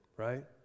right